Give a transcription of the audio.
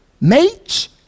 mates